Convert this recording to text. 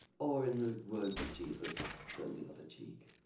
or in the words of jesus turn the other cheek.